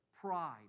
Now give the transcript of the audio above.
pride